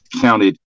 counted